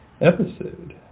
episode